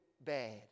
bad